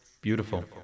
Beautiful